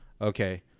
Okay